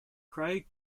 craig